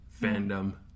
fandom